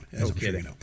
Okay